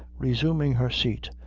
resuming her seat,